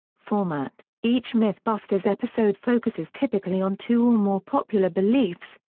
format each mythbusters episode focuses typically on two or more popular beliefs,